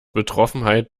betroffenheit